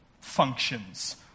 functions